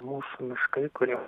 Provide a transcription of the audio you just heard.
mūsų miškai kurie